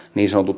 niissä ollut